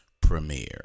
premiere